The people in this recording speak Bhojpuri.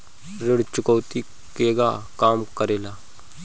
ऋण चुकौती केगा काम करेले?